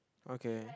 okay